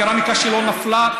הקרמיקה שלו נפלה,